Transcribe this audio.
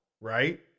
right